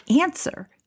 answer